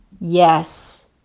Yes